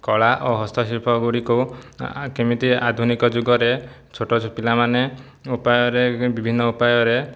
କଳା ଆଉ ହସ୍ତଶିଳ୍ପ ଗୁଡ଼ିକୁ କେମିତି ଆଧୁନିକ ଯୁଗରେ ଛୋଟ ପିଲାମାନେ ଉପାୟରେ ବିଭିନ୍ନ ଉପାୟରେ